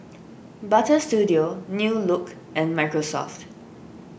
Butter Studio New Look and Microsoft